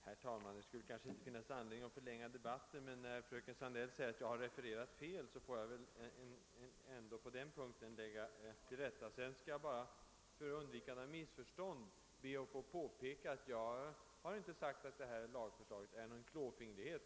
Herr talman! Det finns kanske inte någon anledning att förlänga debatten, men när fröken Sandell säger att jag refererat fel får jag väl ändå göra ett tillrättaläggande på den punkten. För undvikande av missförstånd skall jag också be att få påpeka, att jag inte sagt att det här lagförslaget innebär någon klåfingrighet.